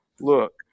look